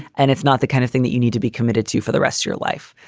and it's not the kind of thing that you need to be committed to for the rest of your life.